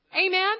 Amen